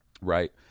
Right